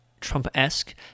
Trump-esque